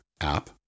app